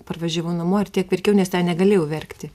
parvažiavau namo ir tiek verkiau nes ten negalėjau verkti